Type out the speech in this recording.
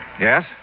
Yes